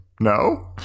no